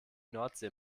nordsee